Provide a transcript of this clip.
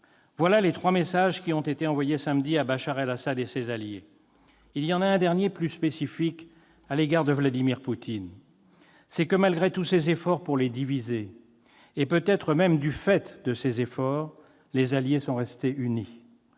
Voilà les trois messages qui ont été envoyés samedi à Bachar al-Assad et à ses alliés. Il y en a un dernier, plus spécifique, à l'égard de Vladimir Poutine : c'est que malgré tous ses efforts pour les diviser, et peut-être même du fait de ses efforts, les alliés sont restés unis.